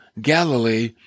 Galilee